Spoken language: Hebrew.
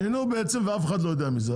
הם שינו ואף אחד לא יודע מזה.